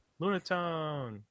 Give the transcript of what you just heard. Lunatone